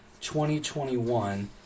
2021